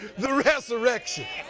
the resurrection,